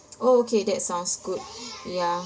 oh okay that sounds good ya